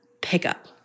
pickup